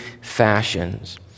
fashions